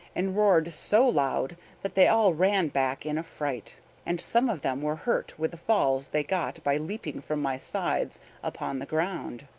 and roared so loud that they all ran back in a fright and some of them were hurt with the falls they got by leaping from my sides upon the ground.